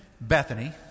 Bethany